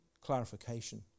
clarification